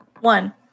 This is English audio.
One